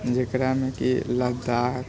जेकरामे कि लद्दाख